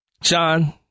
John